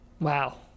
Wow